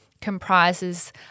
comprises